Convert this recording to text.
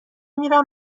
میرم